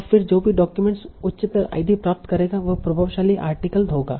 और फिर जो भी डॉक्यूमेंट उच्चतर आईडी प्राप्त करेगा वह प्रभावशाली आर्टिकल होगा